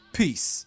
peace